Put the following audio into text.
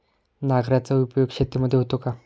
नांगराचा उपयोग शेतीमध्ये होतो का?